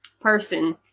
person